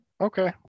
okay